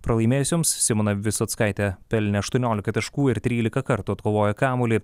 pralaimėjusioms simona visockaitė pelnė aštuoniolika taškų ir trylika kartų atkovojo kamuolį